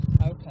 Okay